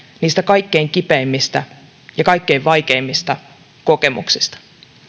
niistä kaikkein kipeimmistä ja kaikkein vaikeimmista kokemuksista